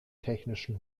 technischen